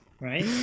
Right